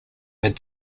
mid